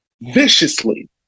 viciously